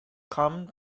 come